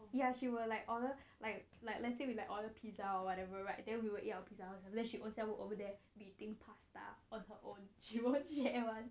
ya she will like order like like let's say we like order pizza or whatever right then we will eat pizza then she own self over there eating pasta on her own she won't share [one]